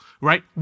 right